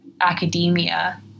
academia